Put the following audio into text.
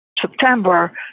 September